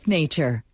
nature